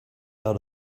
out